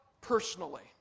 personally